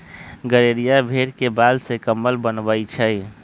गड़ेरिया भेड़ के बाल से कम्बल बनबई छई